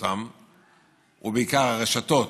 ובעיקר הרשתות,